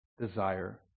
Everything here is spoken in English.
desire